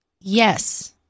Yes